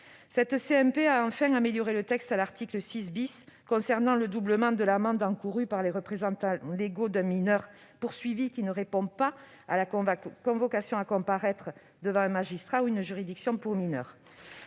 La CMP a enfin amélioré le texte à l'article 6 . Le texte prévoyait le doublement de l'amende encourue par les représentants légaux de mineurs poursuivis qui ne répondent pas à une convocation à comparaître devant un magistrat ou une juridiction pour mineurs.